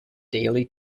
daily